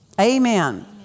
Amen